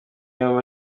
yombi